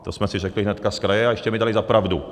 To jsme si řekli hnedka zkraje a ještě mi dali za pravdu.